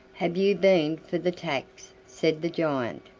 have you been for the tax? said the giant.